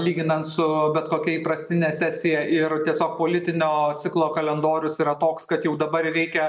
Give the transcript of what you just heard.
lyginant su bet kokia įprastine sesija ir tiesiog politinio ciklo kalendorius yra toks kad jau dabar reikia